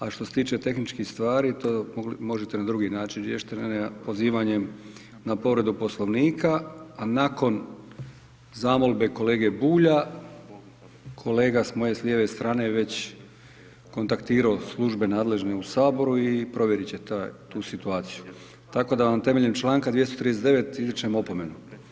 Ali što se tiče tehničkih stvari, to možete i na drugi način riješiti, ne na pozivanjem na povredu poslovnika, a nakon zamolbe kolege Bulja, kolega s moje lijeve strane, je već kontaktirao službe nadležne u Saboru i provjetriti će tu situaciju, tako da na temelju čl. 239. izričem opomenu.